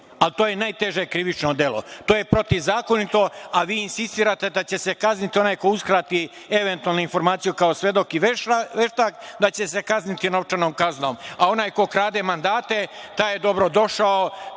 ali to je najteže krivično delo, to je protivzakonito, a vi insistirate da će se kazniti onaj ko uskrati eventualnu informaciju kao svedok i veštak, da će se kazniti novčanom kazno, a onaj ko krade mandate taj je dobrodošao,